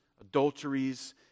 adulteries